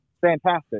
fantastic